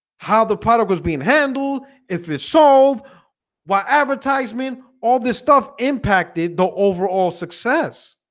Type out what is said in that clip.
how the product was being handled if it's solved while advertisement all this stuff impacted the overall success